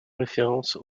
référence